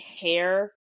hair